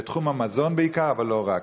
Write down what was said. בתחום המזון בעיקר, אבל לא רק.